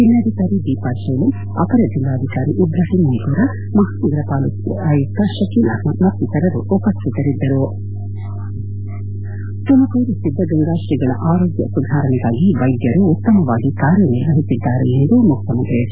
ಜಿಲ್ಲಾಧಿಕಾರಿ ದೀಪಾ ಚೋಳನ್ ಅಪರ ಜಿಲ್ಲಾಧಿಕಾರಿ ಇಬ್ರಾಹಿಂ ಮೈಗೂರ ಮಹಾನಗರಪಾಲಿಕೆ ಆಯುಕ್ತ ಶಕೀಲ್ ಅಹ್ಮದ್ ಮತ್ತಿತರರು ಉಪಸ್ಥಿತರಿದ್ದರು ತುಮಕೂರು ಸಿದ್ದಗಂಗಾ ಶ್ರೀಗಳ ಆರೋಗ್ಯ ಸುಧಾರಣೆಗಾಗಿ ವೈದ್ಯರು ಉತ್ತಮವಾಗಿ ಕಾರ್ಯನಿರ್ವಹಿಸಿದ್ದಾರೆ ಎಂದು ಮುಖ್ಯಮಂತ್ರಿ ಎಚ್